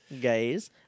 Guys